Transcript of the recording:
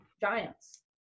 Giants